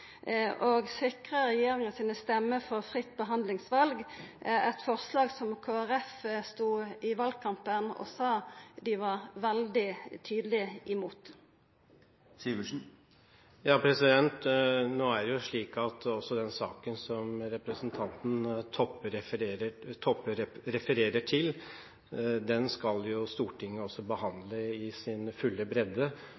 og sikra regjeringa sine stemmer for fritt behandlingsval, eit forslag som Kristeleg Folkeparti i valkampen sa dei var veldig tydeleg imot. Nå er det jo slik at den saken som representanten Toppe refererer til, skal Stortinget